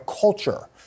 culture